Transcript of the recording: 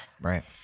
Right